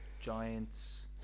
Giants